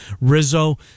Rizzo